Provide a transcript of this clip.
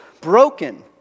broken